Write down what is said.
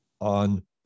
on